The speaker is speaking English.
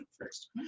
first